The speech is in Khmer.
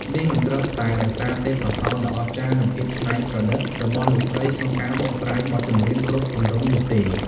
នេះមិនត្រឹមតែដោយសារ ទេពកោសល្យដ៏អស្ចារ្យ និង ភាពច្នៃប្រឌិត របស់លោកស្រីក្នុងការបកស្រាយបទចម្រៀងគ្រប់ទម្រង់នោះទេ។